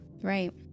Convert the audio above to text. Right